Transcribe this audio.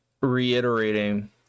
reiterating